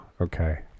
Okay